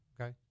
Okay